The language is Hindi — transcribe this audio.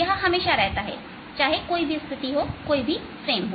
यह हमेशा रहता है चाहे कोई भी स्थिति हो कोई भी फ्रेम हो